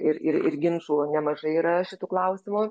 ir ir ir ginčų nemažai yra šitu klausimu